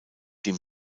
dem